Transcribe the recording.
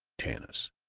tanis!